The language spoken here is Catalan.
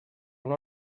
una